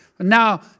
Now